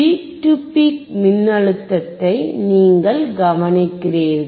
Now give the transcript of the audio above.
peak to peak மின்னழுத்தத்தை நீங்கள் கவனிக்கிறீர்கள்